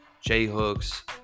J-hooks